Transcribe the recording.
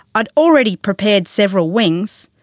i'd already prepared several wings,